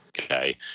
Okay